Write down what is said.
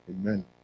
Amen